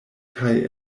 kaj